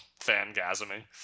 fangasming